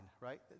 right